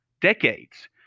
decades